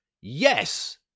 yes